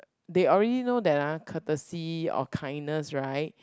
they already know there aren't courtesy or kindness right